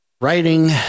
writing